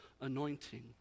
anointing